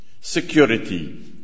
security